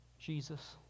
Jesus